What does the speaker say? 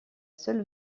seule